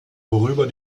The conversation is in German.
worüber